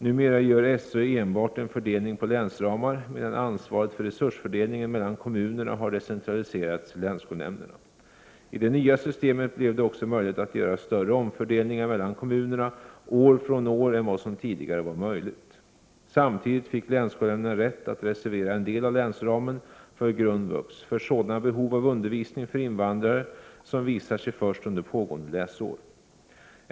Numera gör SÖ enbart en fördelning på länsramar, medan ansvaret för resursfördelningen mellan kommunerna har decentraliserats till länsskolnämnderna. I det nya systemet blev det också möjligt att göra större omfördelningar mellan kommunerna år från år än vad som tidigare var möjligt. Samtidigt fick länsskolnämnderna rätt att reservera en del av länsramen för grundvux för sådana behov av undervisning för invandrare som visar sig först under pågående läsår.